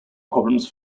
problems